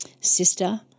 sister